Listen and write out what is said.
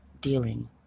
dealing